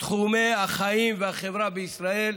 תחומי החיים והחברה בישראל.